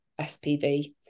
SPV